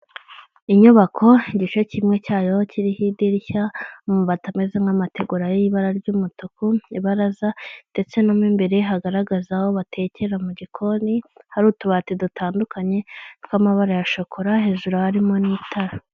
Inyubako igice kimwe cyayo kiriho idirishya n'amabati ameze nk'amategura y'ibara ry'umutuku, ibaraza ndetse no mo imbere hagaragaza aho batekera mu gikoni, hari utubati dutandukanye tw'amabara ya shokora hejuru harimo n'itara.